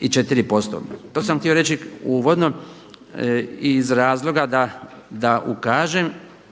24%. To sam htio reći uvodno iz razloga da ukažem